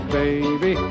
baby